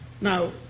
Now